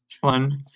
One